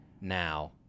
now